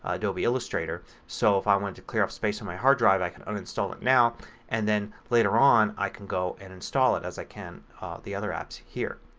adobe illustrator. so if i wanted to clear up space on my hard drive i can uninstall it now and then later on i can go and install it as i can the other apps here.